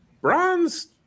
Bronze